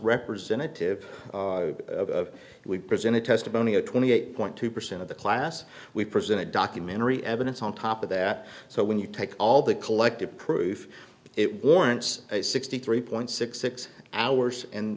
representative we presented testimony of twenty eight point two percent of the class we presented documentary evidence on top of that so when you take all the collected proof it warrants a sixty three point six six hours and